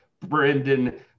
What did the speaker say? Brendan